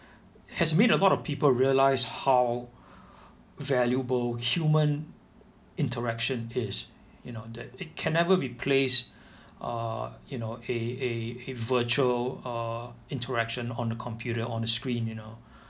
has made a lot of people realize how valuable human interaction is you know that it can never replace err you know a a a virtual err interaction on the computer on the screen you know